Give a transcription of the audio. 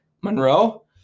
Monroe